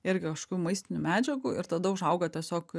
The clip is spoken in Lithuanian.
irgi kažkokių maistinių medžiagų ir tada užauga tiesiog